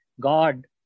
God